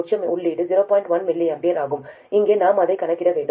1 mA ஆகும் இங்கே நாம் இதைக் கணக்கிட வேண்டும்